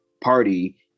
party